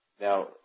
Now